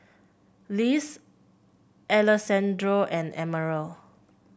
Liz Alessandro and Emerald